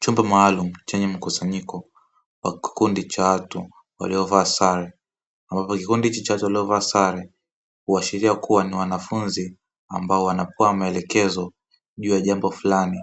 Chumba maalumu chenye mkusanyiko wa kikundi maalumu cha watu waliovaa sare, katika kikundi hiki cha wanafunzi waliovaa sare huwakirisha kuwa ni wanafunzi waliopewa maelekezo juu ya jambo fulani